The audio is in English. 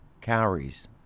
calories